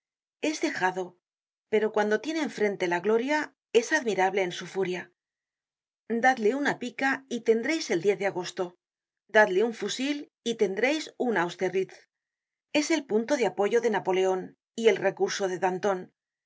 es dejado pero cuando tiene en frente la gloria es admirable en su furia dadle una pica y tendreis el de agosto dadle un fusil y tendreis un austerlitz es el punto de apoyo de napoleon y el recurso de danton